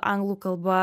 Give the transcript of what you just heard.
anglų kalba